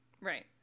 Right